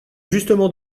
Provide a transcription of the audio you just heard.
justement